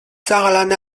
撒哈拉